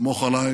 סמוך עליי,